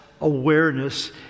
awareness